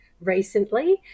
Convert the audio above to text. recently